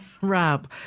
Rob